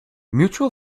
mutual